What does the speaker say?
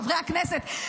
חברי הכנסת.